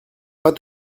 pas